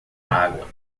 água